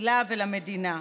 לקהילה ולמדינה.